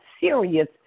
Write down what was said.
serious